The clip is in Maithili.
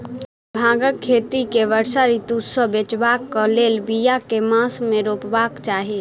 भांगक खेती केँ वर्षा ऋतु सऽ बचेबाक कऽ लेल, बिया केँ मास मे रोपबाक चाहि?